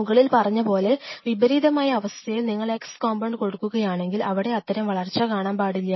മുകളിൽ പറഞ്ഞ പോലെ വിപരീതമായ അവസ്ഥയിൽ നിങ്ങൾ x കോമ്പൌണ്ട് കൊടുക്കുകയാണെങ്കിൽ അവിടെ അത്തരം വളർച്ച കാണാൻ പാടില്ല